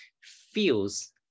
feels